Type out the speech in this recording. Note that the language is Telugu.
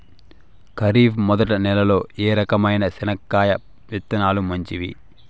ఖరీఫ్ మొదటి నెల లో ఏ రకమైన చెనక్కాయ విత్తనాలు మంచివి